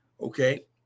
Okay